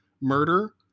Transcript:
murder